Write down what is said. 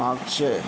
मागचे